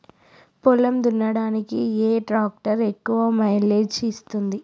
పొలం దున్నడానికి ఏ ట్రాక్టర్ ఎక్కువ మైలేజ్ ఇస్తుంది?